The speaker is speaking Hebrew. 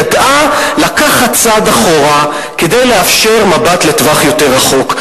ידעה לקחת צעד אחורה כדי לאפשר מבט לטווח יותר ארוך.